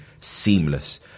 seamless